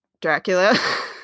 Dracula